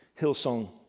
Hillsong